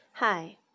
Hi